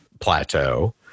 plateau